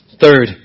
Third